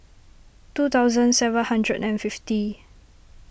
two thousand seven hundred and fifty